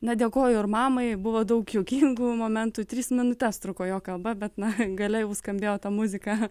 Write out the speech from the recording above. na dėkoju ir mamai buvo daug juokingų momentų tris minutes truko jo kalba bet na gale jau skambėjo muzika